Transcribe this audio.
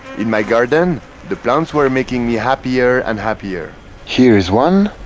in my garden the plants were making me happier and happier here is one